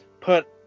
put